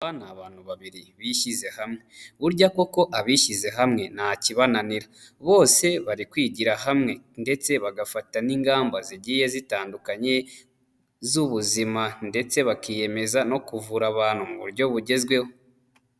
Aba ni abantu babiri bishyize hamwe, burya koko abishyize hamwe nta kibananira, bose bari kwigira hamwe ndetse bagafata n'ingamba zigiye zitandukanye z'ubuzima ndetse bakiyemeza no kuvura abantu mu buryo bugezweho.